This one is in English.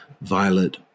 Violet